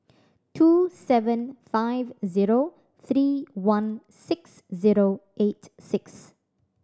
two seven five zero three one six zero eight six